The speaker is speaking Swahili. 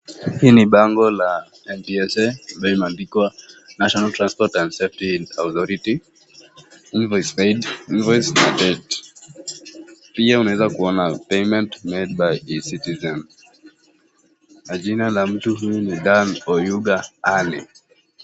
Hii ni bango la NTSA ambao umendikwa National Transport and Safety Authority , invoice paid . Pia unaeza kuona payment made by Ecitizen . Majina ya huyu mtu ni Dan Oyuga Ali.